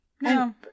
No